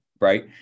right